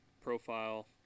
profile